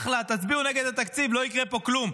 אחלה, תצביעו נגד התקציב, לא יקרה פה כלום.